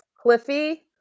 cliffy